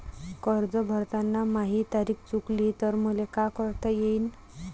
कर्ज भरताना माही तारीख चुकली तर मले का करता येईन?